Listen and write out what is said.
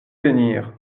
tenir